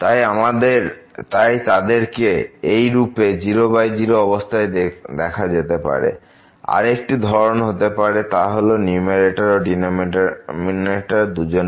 তাই তাদেরকে এইরূপে 00 অবস্থায় দেখা যেতে পারে বা আরেকটি ধরন হতে পারে তা হল নিউমারেটার ও ডিনোমিনেটার দুজনে